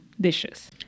dishes